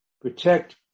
Protect